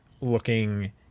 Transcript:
looking